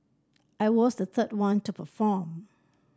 I was the third one to perform